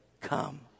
come